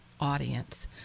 audience